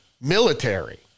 military